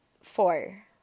four